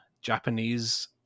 Japanese